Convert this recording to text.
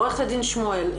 עוה"ד שמואל,